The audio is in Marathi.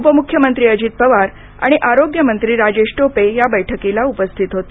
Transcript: उपमुख्यमंत्री अजित पवार आणि आरोग्यमंत्री राजेश टोपे या बैठकीला उपस्थित होते